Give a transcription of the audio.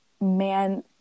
man